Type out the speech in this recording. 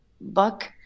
Buck –